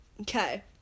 Okay